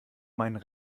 meinen